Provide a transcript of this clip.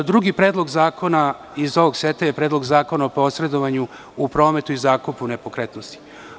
Drugi predlog zakona iz ovog seta je Predlog zakona o posredovanju u prometu i zakupu nepokretnosti.